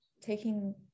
taking